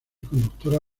conductora